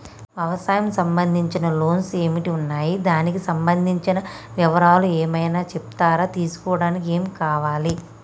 వ్యవసాయం సంబంధించిన లోన్స్ ఏమేమి ఉన్నాయి దానికి సంబంధించిన వివరాలు ఏమైనా చెప్తారా తీసుకోవడానికి ఏమేం కావాలి?